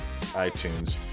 iTunes